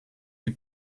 die